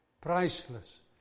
priceless